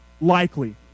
likely